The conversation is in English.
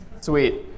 Sweet